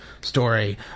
story